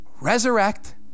resurrect